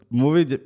movie